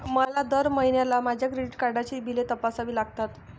मला दर महिन्याला माझ्या क्रेडिट कार्डची बिले तपासावी लागतात